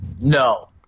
No